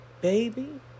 baby